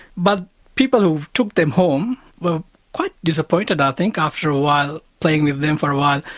but people who took them home were quite disappointed i think after a while, playing with them for a while,